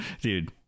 dude